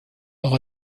auch